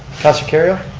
councilor kerrio.